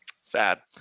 sad